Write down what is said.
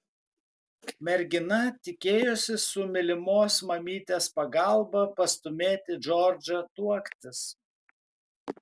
mergina tikėjosi su mylimos mamytės pagalba pastūmėti džordžą tuoktis